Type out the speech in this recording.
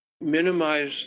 minimize